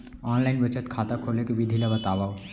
Online बचत खाता खोले के विधि ला बतावव?